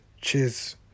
Cheers